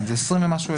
כן, זה 20 ומשהו אלף.